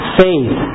faith